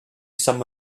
some